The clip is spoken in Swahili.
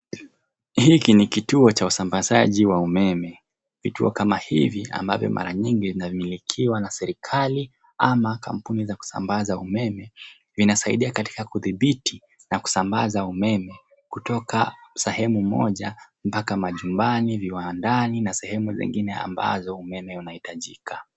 Hiki ni kituo cha usambazaji wa umeme. Vituo kama hivi ambavyo mara nyingi vinamilikiwa na serikali ama kampuni za kusambaza umeme vinasaidia katika kudhibiti na kusambaza umeme kutoka sehemu moja mpaka majumbani, viwandani na sehemu lingine ambazo umeme unahitajika.